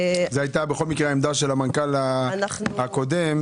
זאת היתה עמדת המנכ"ל הקודם.